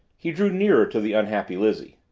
he drew nearer to the unhappy lizzie.